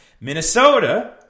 Minnesota